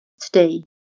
Today